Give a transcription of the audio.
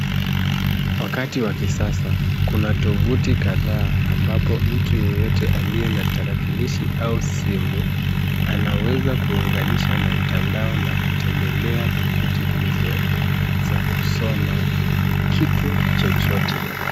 Wakati wa kisasa, kuna tovuti kadhaa ambapo mtu yeyote aliye na tarakilishi au simu anaweza kuunganisha na mtandao na kutembelea tovuti hizo za kusoma kitu chochote.